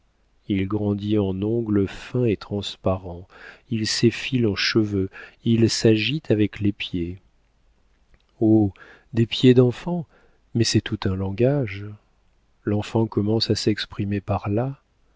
il grandit en ongles fins et transparents il s'effile en cheveux il s'agite avec les pieds oh des pieds d'enfant mais c'est tout un langage l'enfant commence à s'exprimer par là